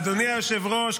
אדוני היושב-ראש,